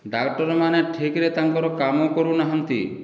ଡାକ୍ତରମାନେ ଠିକ୍ରେ ତାଙ୍କର କାମ କରୁ ନାହାନ୍ତି